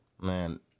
man